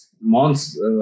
months